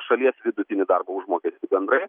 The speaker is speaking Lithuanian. šalies vidutinį darbo užmokestį bendrai